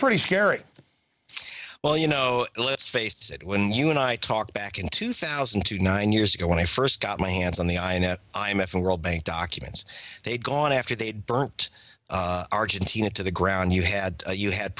pretty scary well you know let's face it when you and i talk back in two thousand and two nine years ago when i first got my hands on the ins i m f and world bank documents they'd gone after they'd burnt argentina to the ground you had you had